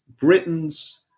Britain's